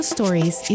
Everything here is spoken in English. Stories